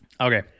Okay